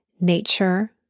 nature